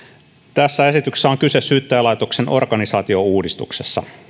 tässä esityksessä on kyse syyttäjälaitoksen organisaatiouudistuksesta